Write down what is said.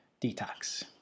detox